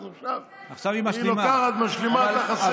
אז עכשיו היא לוקחת, משלימה את החסר.